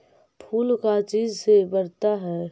फूल का चीज से बढ़ता है?